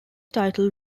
title